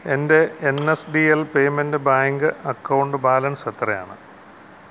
എൻ്റെ N S D L payments bank account balance എത്രയാണ്